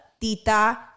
Tita